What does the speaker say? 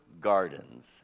gardens